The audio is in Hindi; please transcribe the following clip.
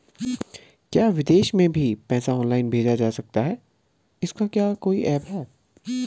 क्या विदेश में भी पैसा ऑनलाइन भेजा जा सकता है इसका क्या कोई ऐप है?